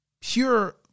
pure